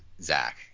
Zach